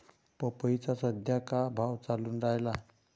पपईचा सद्या का भाव चालून रायला?